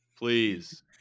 Please